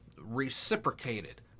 reciprocated